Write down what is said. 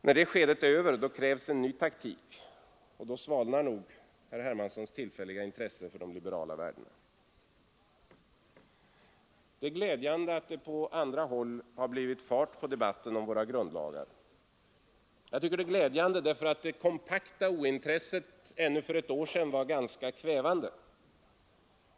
När det skedet är över krävs en ny taktik, och då svalnar nog herr Hermanssons tillfälliga intresse för de liberala värdena. Det är glädjande att det på andra håll har blivit fart på debatten om våra grundlagar. Jag tycker att det är glädjande därför att det kompakta ointresset ännu för ett år sedan var ganska kvävande.